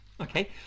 okay